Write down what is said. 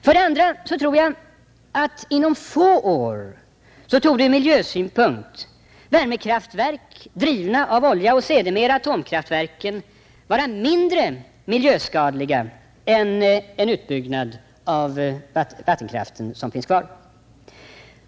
För det andra tror jag att inom få år värmekraftverk drivna av olja och sedermera atomkraftverken kommer att vara mindre miljöskadliga än en utbyggnad av den vattenkraft som finns kvar.